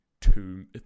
two